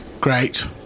great